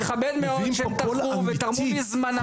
מביאים פה קול אמיתי.